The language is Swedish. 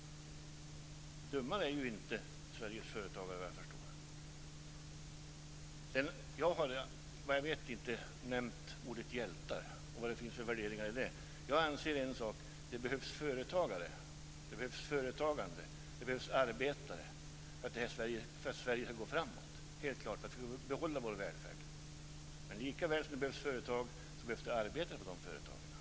Dummare är inte Sveriges företagare, vad jag förstår. Vad jag vet har jag inte nämnt ordet "hjältar" och sagt vilka värderingar som ligger i det. Jag anser att det behövs företagare och företagande. Det behövs arbetare för att Sverige ska gå framåt och för att vi ska behålla vår välfärd. Likaväl som det behövs företag behövs det arbetare i de företagen.